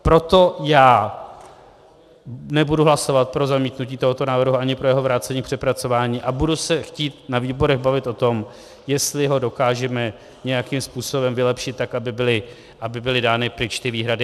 Proto já nebudu hlasovat pro zamítnutí tohoto návrhu ani pro jeho vrácení k přepracování a budu se chtít na výborech bavit o tom, jestli ho dokážeme nějakým způsobem vylepšit tak, aby byly dány pryč ty výhrady.